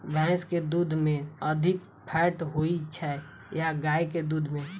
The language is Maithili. भैंस केँ दुध मे अधिक फैट होइ छैय या गाय केँ दुध में?